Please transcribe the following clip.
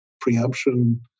preemption